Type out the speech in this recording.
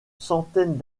centaines